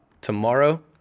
tomorrow